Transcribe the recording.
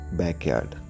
backyard